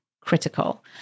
critical